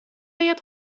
آید